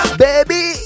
baby